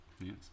yes